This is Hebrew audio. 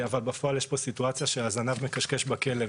בפועל יש סיטואציה שהזנב מקשקש בכלב,